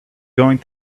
going